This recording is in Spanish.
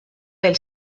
del